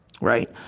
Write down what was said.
Right